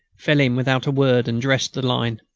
fell in without a word and dressed the line.